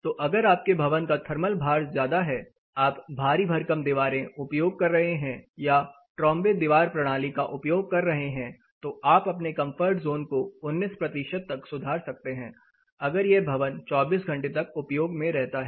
तो अगर आपके भवन का थर्मल भार ज्यादा है आप भारी भरकम दीवारें उपयोग कर रहे हैं या ट्रॉम्बे दीवार प्रणाली का उपयोग कर रहे हैं तो आप अपने कंफर्ट जोन को 19 तक सुधार सकते हैं अगर यह भवन 24 घंटे तक उपयोग में रहता है